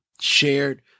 shared